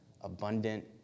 abundant